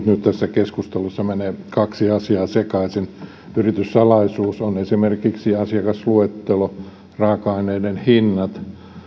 nyt tässä keskustelussa menevät kaksi asiaa sekaisin yrityssalaisuus on esimerkiksi asiakasluettelo raaka aineiden hinnat